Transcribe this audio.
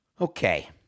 Okay